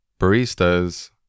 baristas